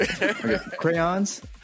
crayons